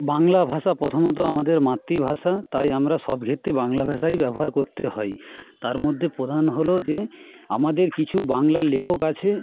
বাংলা ভাষা প্রথমত আমাদের মাতৃভাষা তাই আমরা সব ক্ষেত্রেই বাংলা ভাষাই ব্যবহার করতে হয় তার মধ্যে প্রধান হল যে আমাদের কিছু বাংলার লেখক আছে